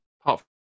Apart